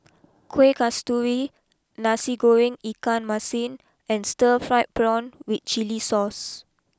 Kuih Kasturi Nasi GorengIkan Masin and Stir Fried Prawn with Chili Sauce